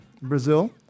Brazil